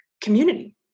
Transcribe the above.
community